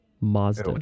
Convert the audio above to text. Mazda